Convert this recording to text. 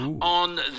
on